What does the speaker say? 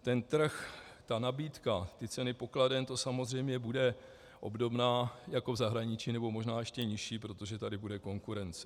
Ten trh, ty nabídky, ty ceny pokladen, to samozřejmě bude obdobné jako v zahraničí, nebo možná ještě nižší, protože tady bude konkurence.